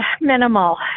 minimal